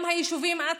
גם היישובים עצמם,